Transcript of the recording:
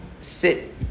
sit